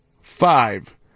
five